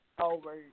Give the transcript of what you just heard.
over